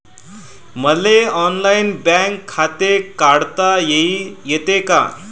मले online bank खाते काढता येते का?